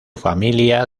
familia